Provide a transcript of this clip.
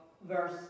Verse